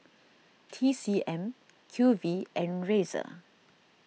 T C M Q V and Razer